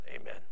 Amen